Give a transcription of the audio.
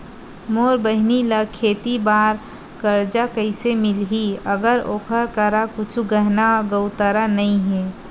मोर बहिनी ला खेती बार कर्जा कइसे मिलहि, अगर ओकर करा कुछु गहना गउतरा नइ हे?